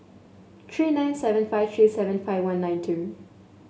three nine seven five three seven five one nine two